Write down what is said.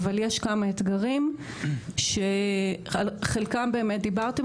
אבל יש כמה אתגרים שעל חלקם באמת דיברתם.